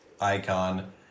icon